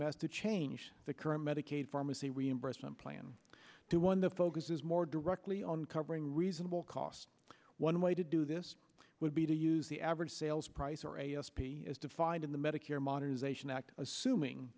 m s to change the current medicaid pharmacy reimbursement plan to one the focuses more directly on covering reasonable costs one way to do this would be to use the average sales price or a s p as defined in the medicare modernization act assuming